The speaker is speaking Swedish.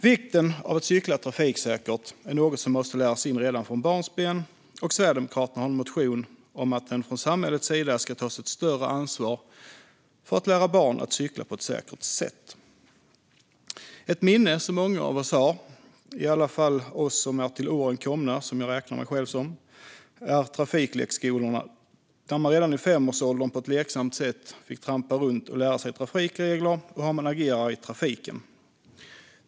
Vikten av att cykla trafiksäkert är något som måste läras in redan från barnsben, och Sverigedemokraterna har en motion om att det från samhällets sida ska tas ett större ansvar för att lära barn att cykla på ett säkert sätt. Ett minne som många av oss har, i alla fall vi som är till åren komna - där räknar jag in mig själv - är trafiklekskolorna, där man redan i femårsåldern på ett lekfullt sätt fick trampa runt och lära sig trafikregler och hur man agerar i trafiken.